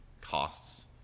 costs